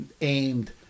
aimed